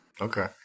Okay